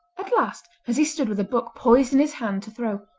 at last, as he stood with a book poised in his hand to throw,